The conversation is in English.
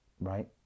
right